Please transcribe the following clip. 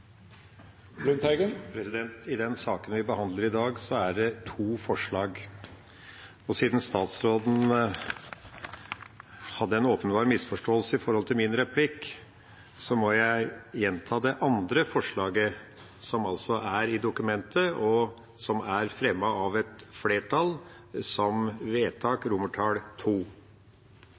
det to romertallsforslag. Siden statsråden viste en åpenbar misforståelse av min replikk, må jeg gjenta det andre forslaget som er i dokumentet, og som er fremmet av et flertall som forslag til vedtak